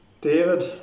David